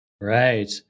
Right